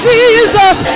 Jesus